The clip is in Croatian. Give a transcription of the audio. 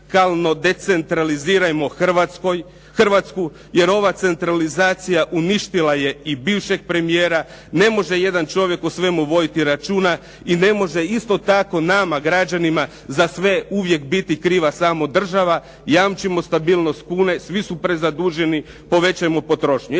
radikalno decentralizirajmo Hrvatsku, jer ova centralizacija uništila je i bivšeg premijera. Ne može jedan čovjek o svemu voditi računa i ne može isto tako nama građanima za sve uvijek biti kriva samo država. Jamčimo stabilnost kune. Svi su prezaduženi. Povećajmo potrošnju.